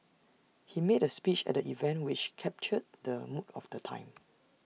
he made A speech at the event which captured the mood of the time